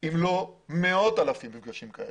אם לא מאות אלפי מפגשים כאלה.